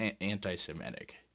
anti-Semitic